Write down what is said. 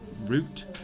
route